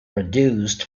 reduced